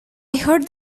heard